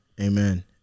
amen